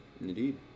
Indeed